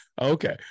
Okay